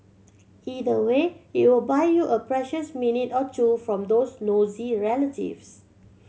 either way it will buy you a precious minute or two from those nosy relatives